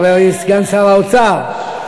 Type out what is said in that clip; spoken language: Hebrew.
חברי סגן שר האוצר,